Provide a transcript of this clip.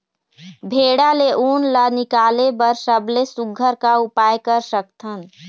भेड़ा ले उन ला निकाले बर सबले सुघ्घर का उपाय कर सकथन?